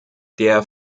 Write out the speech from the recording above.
der